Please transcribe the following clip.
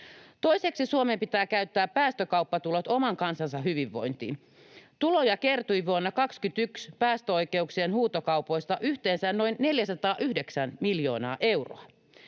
Toiseksi Suomen pitää käyttää päästökauppatulot oman kansansa hyvinvointiin. Tuloja kertyi vuonna 21 päästöoikeuksien huutokaupoista yhteensä noin 409 miljoonaa euroa.